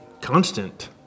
constant